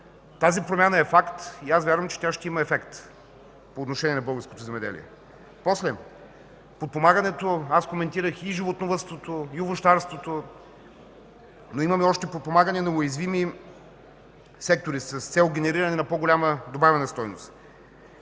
Тази промяна е факт и аз вярвам, че тя ще има ефект по отношение на българското земеделие. Аз коментирах и животновъдството, и овощарството, но имаме още подпомагане на уязвими сектори с цел генериране на по-голяма добавена стойност.